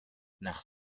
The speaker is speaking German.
nach